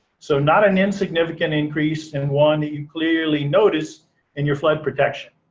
so not an insignificant increase, and one that you clearly notice in your flood protection.